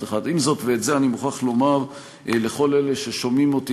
ואת זה אני מוכרח לומר לכל אלה ששומעים אותי